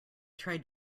tried